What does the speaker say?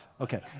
okay